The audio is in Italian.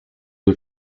due